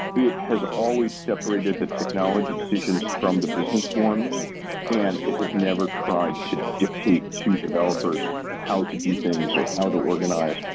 it has always separated the technology decisions from the business ones and it has never tried to dictate to developers how to do things or how to organize.